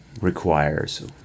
requires